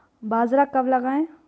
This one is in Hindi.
बाजरा कब लगाएँ?